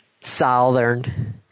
Southern